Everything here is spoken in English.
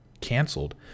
canceled